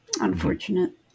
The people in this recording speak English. unfortunate